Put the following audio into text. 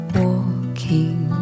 walking